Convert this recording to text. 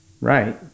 right